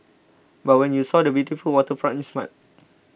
but when you saw the beautiful waterfront you smiled